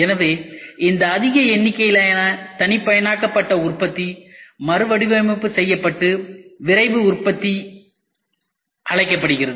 எனவே இந்த அதிக எண்ணிக்கையிலான தனிப்பயனாக்கப்பட்ட உற்பத்தி மறுவடிவமைப்பு செய்யப்பட்டு விரைவு உற்பத்தி அழைக்கப்படுகிறது